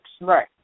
Right